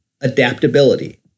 adaptability